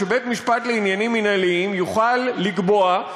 שבית-משפט לעניינים מינהליים יוכל לקבוע,